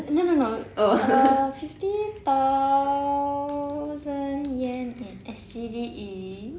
n~ n~ no uh fifty thousand yen in S_G_D is